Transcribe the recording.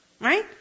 Right